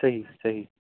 صحیح صحیح